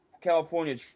California